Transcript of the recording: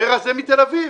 אומר זה מתל אביב,